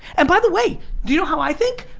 and by the way, do you know how i think?